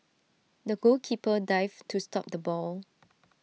the goalkeeper dived to stop the ball